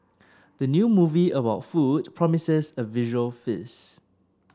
the new movie about food promises a visual feast